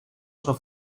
sua